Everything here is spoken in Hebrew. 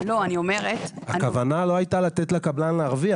הכוונה לא הייתה לתת לקבלן להרוויח.